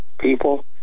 people